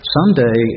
Someday